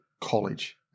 College